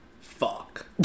fuck